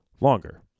longer